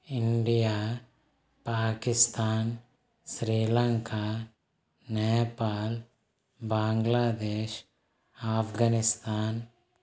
India Pakistan Sri Lanka Nepal Bangladesh Afghanistan